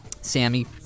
Sammy